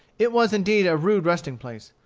it was indeed a rude resting-place.